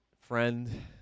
friend